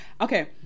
Okay